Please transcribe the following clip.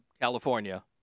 California